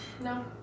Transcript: No